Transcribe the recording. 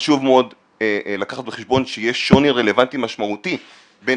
חשוב מאוד לקחת בחשבון שיש שוני רלוונטי משמעותי בין